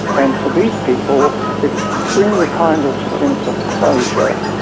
and for these people it brings a kind of sense of closure,